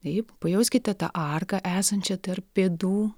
taip pajauskite tą arką esančią tarp pėdų